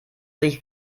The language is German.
sich